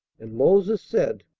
and moses said,